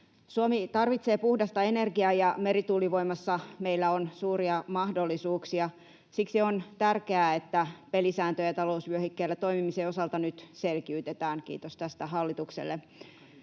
Suomi tarvitsee puhdasta energiaa, ja merituulivoimassa meillä on suuria mahdollisuuksia. Siksi on tärkeää, että pelisääntöjä talousvyöhykkeellä toimimisen osalta nyt selkiytetään — kiitos tästä hallitukselle.